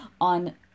on